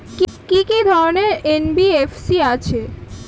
কি কি ধরনের এন.বি.এফ.সি আছে?